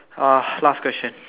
ah last question